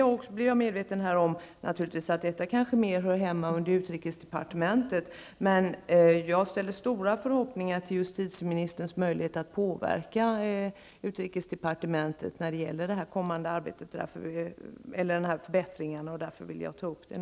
Jag är medveten om att denna fråga kanske mer hör hemma under utrikesdepartementet, men jag knyter stora förhoppningar till justitieministerns möjligheter att påverka utrikesdepartementet i arbetet på att genomföra förbättringar. Det är därför jag nu tagit upp denna fråga med justitieministern.